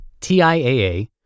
TIAA